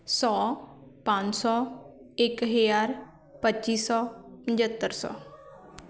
ਸੌ ਪੰਜ ਸੌ ਇੱਕ ਹਜ਼ਾਰ ਪੱਚੀ ਸੌ ਪਝੱਤਰ ਸੌ